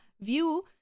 view